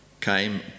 came